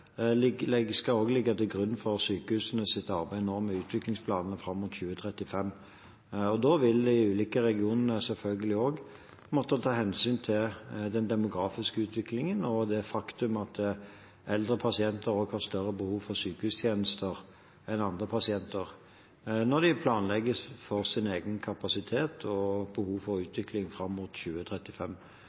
skal også ligge til grunn for sykehusenes arbeid med utviklingsplanene fram mot 2035. Da vil de ulike regionene selvfølgelig også måtte ta hensyn til den demografiske utviklingen og det faktum at eldre pasienter også har større behov for sykehustjenester enn andre pasienter, når de planlegger for sin egen kapasitet og behovet for utvikling fram mot 2035.